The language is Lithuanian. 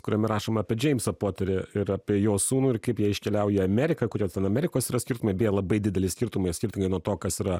kuriame rašoma apie džeimsą poterį ir apie jo sūnų ir kaip jie iškeliauja į ameriką kur ten amerikos yra skirtumai beje labai dideli skirtumai skirtingai nuo to kas yra